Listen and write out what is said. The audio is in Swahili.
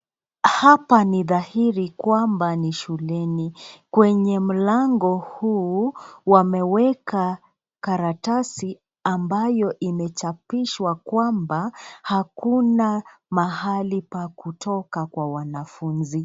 Hapa ni dhahiri kwamba ni shuleni. Kwenye mlango huu wameweka karatasi ambayo imechapishwa kwamba hakuna mahali pa kutoka kwa kwa wanafunzi.